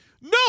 No